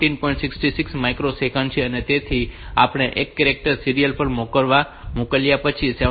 66 microsecond છે અને તેથી આપણે એક કેરેક્ટર સીરીયલ પર મોકલ્યા પછી 17